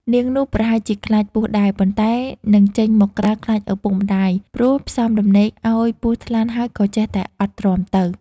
នាងនោះប្រហែលជាខ្លាចពស់ដែរ ប៉ុន្ដែនិងចេញមកក្រៅខ្លាចឪពុកម្ដាយ ព្រោះផ្សំ ដំណេកឱ្យពស់ថ្លាន់ហើយក៏ចេះតែអត់ទ្រាំទៅ ។